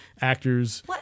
actors